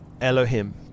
Elohim